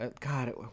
God